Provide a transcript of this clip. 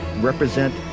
represent